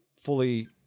fully